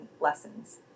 lessons